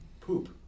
poop